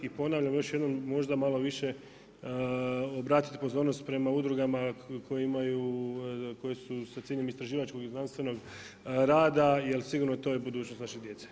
I ponavljam još jednom, možda malo više obratite pozornost prema udrugama koje imaju, koje su sa ciljem istraživačkog i znanstvenog rada jer sigurno to je budućnost naše djece.